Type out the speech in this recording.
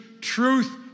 truth